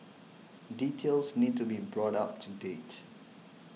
details need to be brought up to date